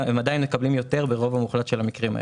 הם עדיין מקבלים יותר ברוב המוחלט של המקרים האלה.